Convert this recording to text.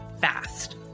fast